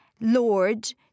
lord